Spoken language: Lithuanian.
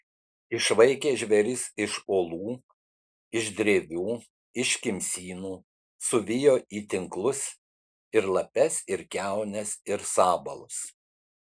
išvaikė žvėris iš olų iš drevių iš kimsynų suvijo į tinklus ir lapes ir kiaunes ir sabalus